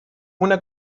una